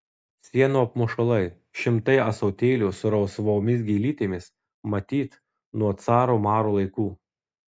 sienų apmušalai šimtai ąsotėlių su rausvomis gėlytėmis matyt nuo caro maro laikų